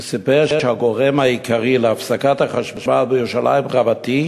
הוא סיפר שהגורם העיקרי להפסקת החשמל בירושלים רבתי